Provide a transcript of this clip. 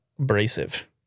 Abrasive